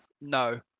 No